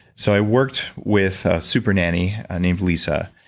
so i worked with a super nanny named lisa,